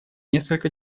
несколько